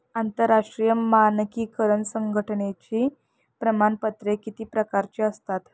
आंतरराष्ट्रीय मानकीकरण संघटनेची प्रमाणपत्रे किती प्रकारची असतात?